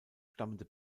stammende